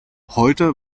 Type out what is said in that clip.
heute